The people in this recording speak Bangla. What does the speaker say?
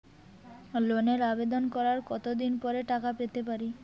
লোনের আবেদন করার কত দিন পরে টাকা পেতে পারি?